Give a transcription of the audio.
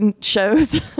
shows